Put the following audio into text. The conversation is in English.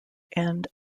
end